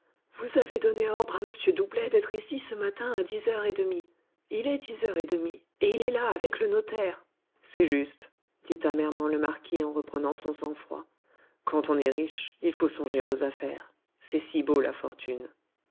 vous avez donné ordre à m doublet d'être ici ce matin à dix heures et demie il est dix heures et demie et il est là avec le notaire c'est juste dit amèrement le marquis en reprenant son sang-froid quand on est riche il faut songer aux affaires c'est si beau la fortune